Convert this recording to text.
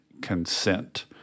consent